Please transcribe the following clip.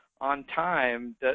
on-time